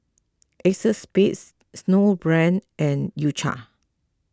Acexspade Snowbrand and U Cha